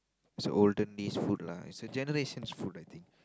is a olden days food lah is a generations food I think